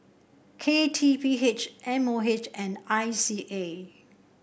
K T P H M O H and I C A